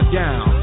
down